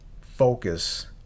focus